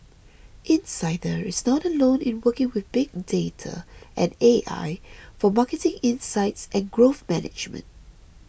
insider is not alone in working with big data and A I for marketing insights and growth management